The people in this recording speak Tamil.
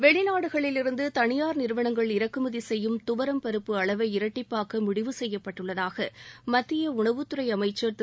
வெளிநாடுகளிலிருந்து தனியார் நிறுவனங்கள் இறக்குமதி செய்யும் துவரம் பருப்பு அளவை இரட்டிப்பாக்க முடிவு செய்யப்பட்டுள்ளதாக மத்திய உணவுத் துறை அமைச்சர் திரு